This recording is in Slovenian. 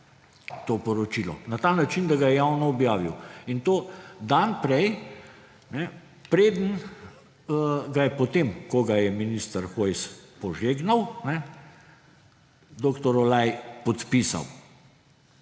to poročilo na ta način, da ga je javno objavil, in to dan prej, preden ga je potem, ko ga je minister Hojs požegnal, dr. Olaj podpisal.